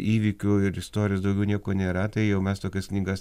įvykių ir istorijos daugiau nieko nėra tai jau mes tokias knygas